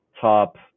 top